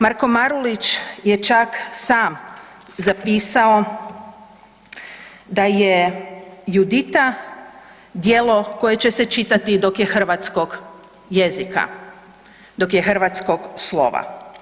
Marko Marulić je čak sam zapisao da je „Judita“ djelo koje će se čitati dok je hrvatskog jezika, dok je hrvatskog slova.